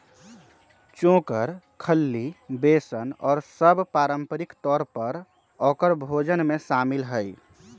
चोकर, खल्ली, बेसन और सब पारम्परिक तौर पर औकर भोजन में शामिल हई